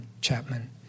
Chapman